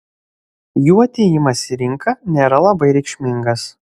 jų atėjimas į rinką nėra labai reikšmingas